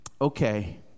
Okay